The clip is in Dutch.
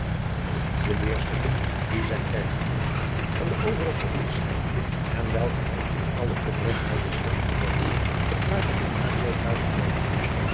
de leerstukken die zijn kerkgenootschap van de overige onderscheiden en welke hij in alle opregtheid des harte geloofde verklaarde hij haar zoo duidelijk mogelijk